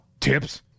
Tips